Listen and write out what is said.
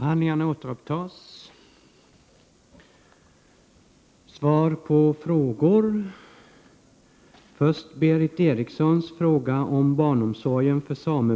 Herr talman!